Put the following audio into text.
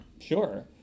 sure